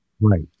Right